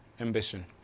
ambition